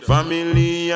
Family